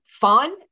Fun